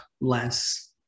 less